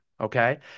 okay